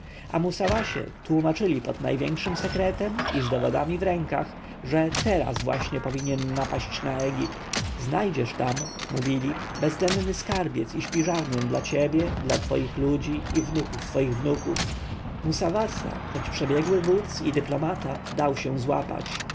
a musawasie tłomaczyli pod największym sekretem i z dowodami w rękach że teraz właśnie powinien napaść na egipt znajdziesz tam mówili bezdenny skarbiec i śpiżarnię dla ciebie dla swoich ludzi i dla wnuków waszych wnuków musawasa choć przebiegły wódz i dyplomata dał się złapać